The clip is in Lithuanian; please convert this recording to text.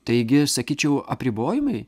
taigi sakyčiau apribojimai